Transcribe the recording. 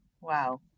Wow